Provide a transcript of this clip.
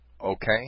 Okay